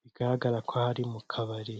bigaragara ko aha mu kabari.